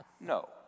No